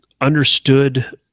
understood